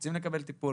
רוצים לקבל טיפול,